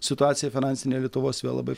situacija finansinė lietuvos vėl labai